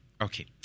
Okay